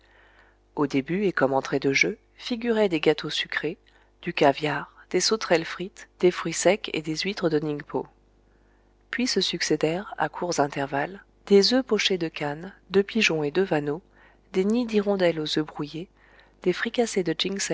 au début et comme entrée de jeu figuraient des gâteaux sucrés du caviar des sauterelles frites des fruits secs et des huîtres de ning po puis se succédèrent à courts intervalles des oeufs pochés de cane de pigeon et de vanneau des nids d'hirondelle aux oeufs brouillés des fricassées de